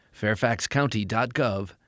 fairfaxcounty.gov